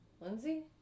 Lindsay